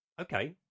okay